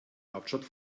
hauptstadt